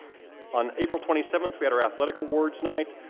on april twenty seventh we had our athletics awards night.